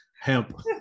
hemp